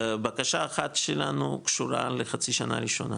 בקשה אחת שלנו קשורה לחצי שנה ראשונה,